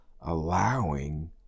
allowing